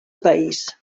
país